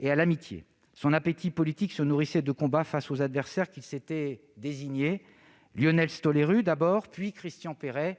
et à l'amitié. Son appétit politique se nourrissait de combats face aux adversaires qu'il s'était désignés : Lionel Stoléru d'abord, puis Christian Pierret